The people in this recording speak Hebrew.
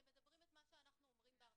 הם מדברים את מה שאנחנו אומרים בהרצאות.